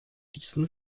diesen